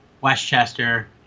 Westchester